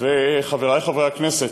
וחברי חברי הכנסת.